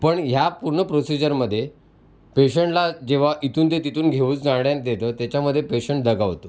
पण ह्या पूर्ण प्रोसिजरमध्ये पेशन्टला जेव्हा इथून ते तिथून घेऊन जाण्यात येतं त्याच्यामध्ये पेशन्ट दगावतो